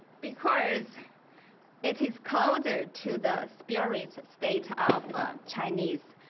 because it is closer to the spirit state of chinese,